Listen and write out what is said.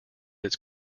its